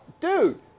dude